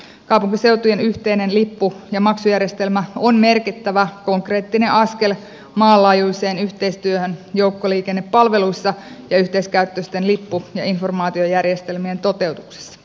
kaupunkiseutujen yhteinen lippu ja maksujärjestelmä on merkittävä konkreettinen askel maanlaajuiseen yhteistyöhön joukkoliikennepalveluissa ja yhteiskäyttöisten lippu ja informaatiojärjestelmien toteutuksessa